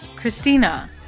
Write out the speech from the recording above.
Christina